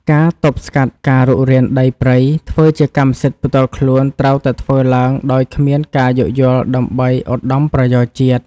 ការទប់ស្កាត់ការរុករានដីព្រៃធ្វើជាកម្មសិទ្ធិផ្ទាល់ខ្លួនត្រូវតែធ្វើឡើងដោយគ្មានការយោគយល់ដើម្បីឧត្តមប្រយោជន៍ជាតិ។